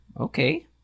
okay